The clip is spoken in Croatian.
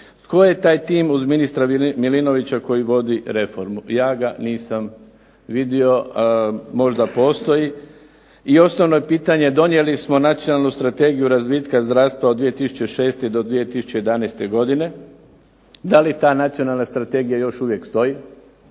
Tko je taj tim uz ministra Milinovića koji vodi reformu? Ja ga nisam vidio, možda postoji. I osnovno je pitanje, donijeli smo Nacionalnu strategiju razvitka zdravstva od 2006. do 2011. godine, da li ta nacionalna strategija još uvijek stoji